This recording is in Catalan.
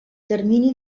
termini